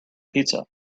pizza